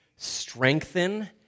strengthen